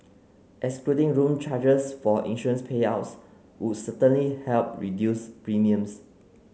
excluding room charges for insurance payouts would certainly help reduce premiums